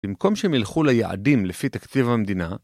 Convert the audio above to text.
במקום שהם ילכו ליעדים לפי תקציב המדינה